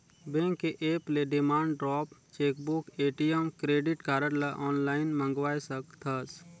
bank के app ले demand draft, chequebook, ATM, credit card ल आनलाइन मंगवाये सकथस